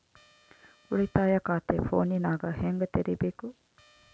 ಉಳಿತಾಯ ಖಾತೆ ಫೋನಿನಾಗ ಹೆಂಗ ತೆರಿಬೇಕು?